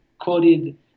quoted